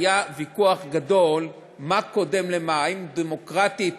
היה ויכוח גדול מה קודם למה: אם דמוקרטית